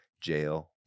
jail